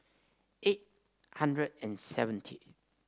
eight hundred and seventy